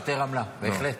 יותר עמלה, בהחלט.